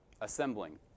assembling